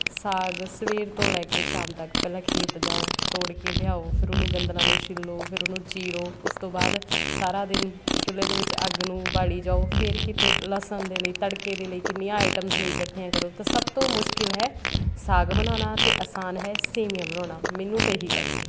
ਸਾਗ ਸਵੇਰ ਤੋਂ ਲੈ ਕੇ ਸ਼ਾਮ ਤੱਕ ਪਹਿਲਾਂ ਖੇਤ ਜਾਉ ਤੋੜ ਕੇ ਲਿਆਉ ਫਿਰ ਉਹਨੂੰ ਗੰਦਲਾਂ ਨੂੰ ਛਿੱਲੋ ਫਿਰ ਉਹਨੂੰ ਚੀਰੋ ਉਸ ਤੋਂ ਬਾਅਦ ਸਾਰਾ ਦਿਨ ਚੁੱਲ੍ਹੇ ਦੇ ਵਿੱਚ ਅੱਗ ਨੂੰ ਬਾਲੀ ਜਾਉ ਫਿਰ ਕਿਤੇ ਲਸਣ ਦੇ ਲਈ ਤੜਕੇ ਦੇ ਲਈ ਕਿੰਨੀਆਂ ਆਈਟਮਸ ਨੂੰ ਇਕੱਠੀਆਂ ਕਰੋ ਤਾਂ ਸਭ ਤੋਂ ਮੁਸ਼ਕਲ ਹੈ ਸਾਗ ਬਣਾਉਣਾ ਅਤੇ ਆਸਾਨ ਹੈ ਸੇਵੀਆਂ ਬਣਾਉਣਾ ਮੈਨੂੰ ਤਾਂ ਇਹੀ ਲੱਗਦਾ ਹੈ